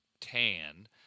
tan